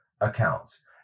accounts